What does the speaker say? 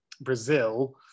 Brazil